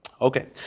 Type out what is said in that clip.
Okay